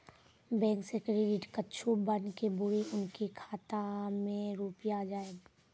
Bank से credit कद्दू बन के बुरे उनके खाता मे रुपिया जाएब?